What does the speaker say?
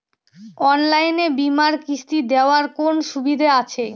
অনলাইনে বীমার কিস্তি দেওয়ার কোন সুবিধে আছে?